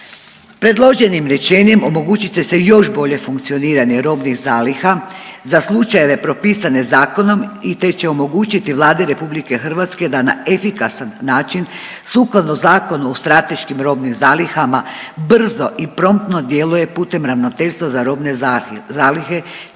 Predloženim rješenjem omogućit će se još bolje funkcioniranje robnih zaliha za slučajeve propisane zakonom, te će omogućiti Vladi Republike hrvatske da na efikasan način sukladno zakonu o strateškim robnim zalihama brzo i promptno djeluje putem Ravnateljstva za robne zalihe,